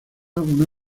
una